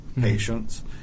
patients